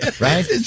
Right